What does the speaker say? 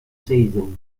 season